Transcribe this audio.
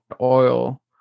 oil